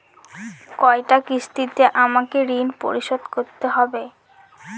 কয়টা কিস্তিতে আমাকে ঋণ পরিশোধ করতে হবে?